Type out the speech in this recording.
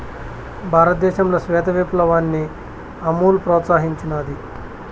భారతదేశంలో శ్వేత విప్లవాన్ని అమూల్ ప్రోత్సహించినాది